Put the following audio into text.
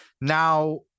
now